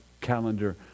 calendar